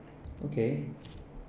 okay